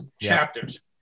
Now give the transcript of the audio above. chapters